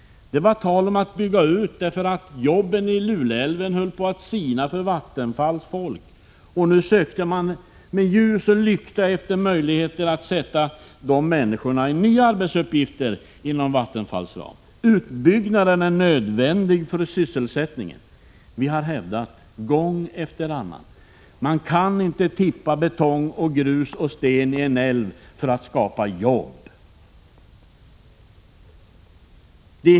Det var tal om en utbyggnad därför att jobben i Luleälven höll på att sina för Vattenfalls folk. Man sökte med ljus och lykta efter möjligheter att sätta dessa människor i nya arbetsuppgifter inom Vattenfalls ram. Utbyggnaden är nödvändig för sysselsättningen, hette det. Vi har gång efter annan hävdat att man inte kan tippa betong, grus och sten i en älv för att skapa jobb.